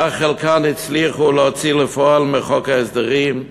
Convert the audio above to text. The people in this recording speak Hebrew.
אך את חלקם הצליחו להוציא בפועל מחוק ההסדרים,